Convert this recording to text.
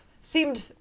seemed